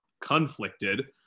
Conflicted